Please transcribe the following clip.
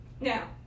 Now